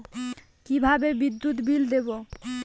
কিভাবে বিদ্যুৎ বিল দেবো?